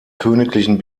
königlichen